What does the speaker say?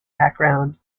background